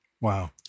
Wow